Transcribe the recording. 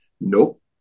Nope